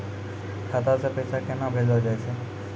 खाता से पैसा केना भेजलो जाय छै?